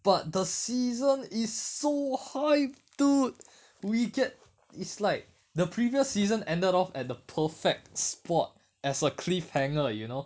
but the season is so hype dude we get is like the previous season ended off at the perfect spot as a cliffhanger you know